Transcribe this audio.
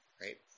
Right